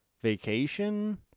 vacation